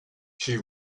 she